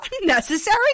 unnecessary